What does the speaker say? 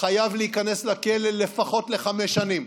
חייב להיכנס לכלא לפחות לחמש שנים.